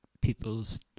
people's